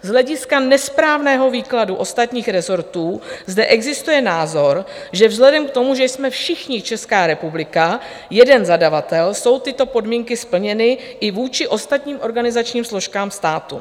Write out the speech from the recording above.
Z hlediska nesprávného výkladu ostatních rezortů zde existuje názor, že vzhledem k tomu, že jsme všichni, Česká republika, jeden zadavatel, jsou tyto podmínky splněny i vůči ostatním organizačním složkám státu.